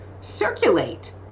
circulate